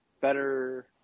better